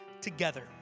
together